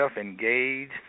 engaged